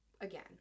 again